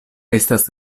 estas